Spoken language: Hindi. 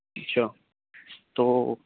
अच्छा तो